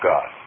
God